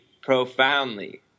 profoundly